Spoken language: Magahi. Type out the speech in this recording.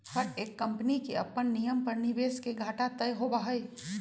हर एक कम्पनी के अपन नियम पर निवेश के घाटा तय होबा हई